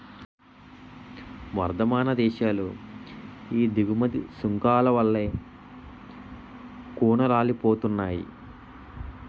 వర్థమాన దేశాలు ఈ దిగుమతి సుంకాల వల్లే కూనారిల్లిపోతున్నాయి